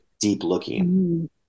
deep-looking